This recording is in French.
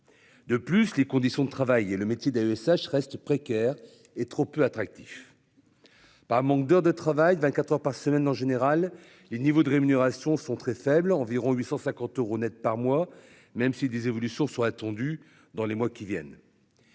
De plus, les conditions de travail et le métier d'AESH reste précaire et trop peu attractif. Par manque d'heures de travail de 24h par semaine en général les niveaux de rémunération sont très faibles, environ 850 euros Net par mois, même si des évolutions soient attendues dans les mois qui viennent.